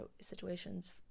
situations